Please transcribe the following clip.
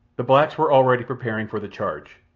the blacks were already preparing for the charge.